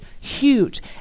huge